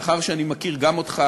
מאחר שאני מכיר גם אותך